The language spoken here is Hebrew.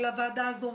לוועדה הזו,